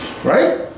Right